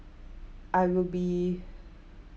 I will be